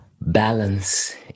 balance